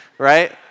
right